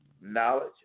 knowledge